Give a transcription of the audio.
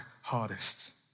hardest